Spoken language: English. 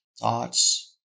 thoughts